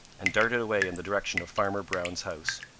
and darted away in the direction of farmer brown's house.